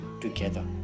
together